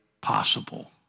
possible